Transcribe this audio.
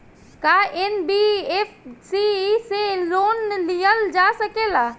का एन.बी.एफ.सी से लोन लियल जा सकेला?